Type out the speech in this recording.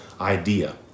idea